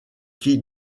qui